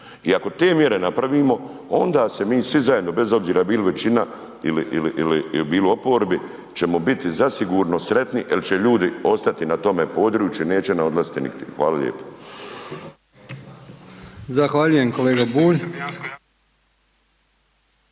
I ako te mjere napravimo onda se mi svi zajedno bez obzira bili većina ili bilo u oporbi ćemo biti zasigurno sretni jer će ljudi ostati na tome području i neće odlaziti nigdje. Hvala lijepa.